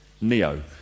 Neo